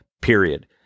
Period